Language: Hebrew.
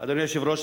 אדוני היושב-ראש,